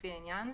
לפי העניין,